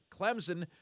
Clemson